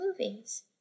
movies